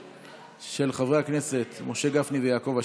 אני מבקש לצרף כתומכים בהצעת החוק את